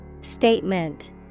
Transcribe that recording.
Statement